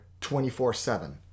24-7